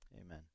amen